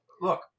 Look